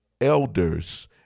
elders